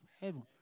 heaven